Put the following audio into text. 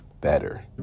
better